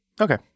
Okay